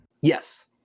Yes